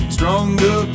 Stronger